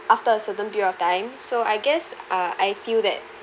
after a certain period of time so I guess uh I feel that